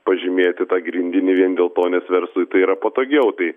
pažymėti tą grindinį vien dėl to nes verslui tai yra patogiau tai